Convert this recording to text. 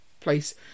place